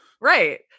right